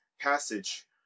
passage